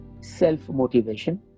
self-motivation